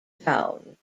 town